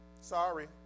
Sorry